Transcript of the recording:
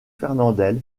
fernandel